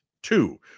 two